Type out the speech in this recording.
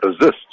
resist